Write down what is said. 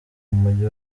mujyi